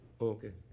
okay